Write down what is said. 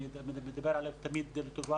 אני מדבר עליו תמיד לטובה,